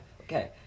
Okay